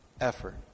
effort